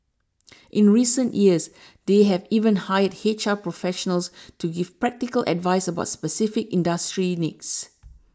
in recent years they have even hired H R professionals to give practical advice about specific industry needs